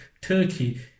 Turkey